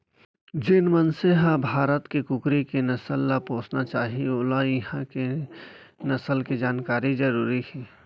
जेन मनसे ह भारत के कुकरी के नसल ल पोसना चाही वोला इहॉं के नसल के जानकारी जरूरी हे